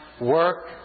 work